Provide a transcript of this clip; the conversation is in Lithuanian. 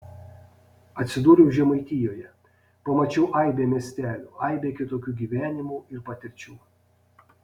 atsidūriau žemaitijoje pamačiau aibę miestelių aibę kitokių gyvenimų ir patirčių